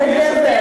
אתה גבר,